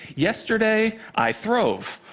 yesterday, i throve.